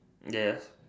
yes